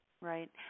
Right